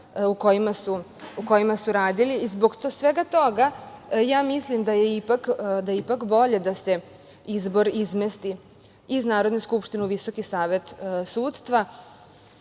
u kojima su radili. Zbog svega toga ja mislim da je ipak bolje da se izbor izmesti iz Narodne skupštine u Visoki savet sudstva,